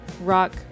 rock